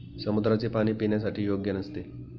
समुद्राचे पाणी पिण्यासाठी योग्य नसते